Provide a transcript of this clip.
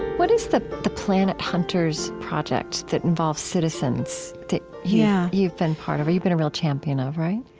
what is the the planet hunters project that involves citizens that yeah you've been part of or you've been a real champion of, right?